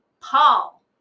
Paul